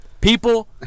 People